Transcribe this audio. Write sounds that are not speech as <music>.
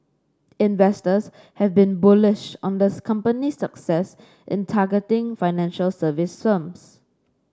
investors have been bullish on the <unintelligible> company's success in targeting financial services firms